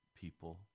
people